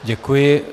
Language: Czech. Děkuji.